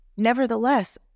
nevertheless